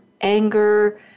anger